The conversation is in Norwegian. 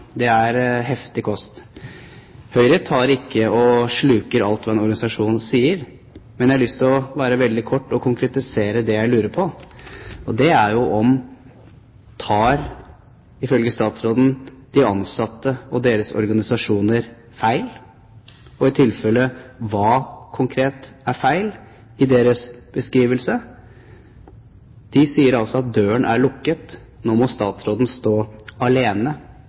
Det er heftig kost. Høyre sluker ikke alt hva en organisasjon sier, men jeg har lyst til å være veldig kort og konkretisere det jeg lurer på. Det er: Tar, ifølge statsråden, de ansatte og deres organisasjoner feil, og i tilfelle hva helt konkret er feil i deres beskrivelse? De sier at døren er lukket, og «denne gangen må statsråden stå alene».